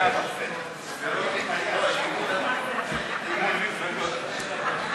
ההסתייגויות לסעיף 14, בחירות ומימון מפלגות,